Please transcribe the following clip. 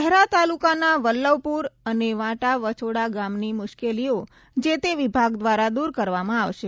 શહેરા તાલુકાના વલ્લવપુર અને વાંટા વછોડા ગામની મુશ્કેલીઓ જે તે વિભાગ દ્વારા દૂર કરવામાં આવશે